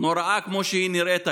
נוראה כמו שהיא נראית היום,